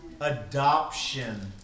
adoption